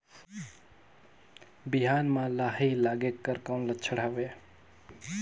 बिहान म लाही लगेक कर कौन लक्षण हवे?